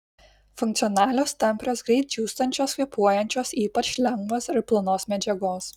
funkcionalios tamprios greit džiūstančios kvėpuojančios ypač lengvos ir plonos medžiagos